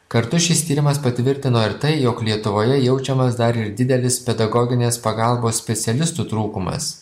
kartu šis tyrimas patvirtino ir tai jog lietuvoje jaučiamas dar ir didelis pedagoginės pagalbos specialistų trūkumas